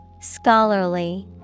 Scholarly